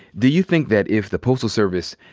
do you think that if the postal service,